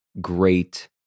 great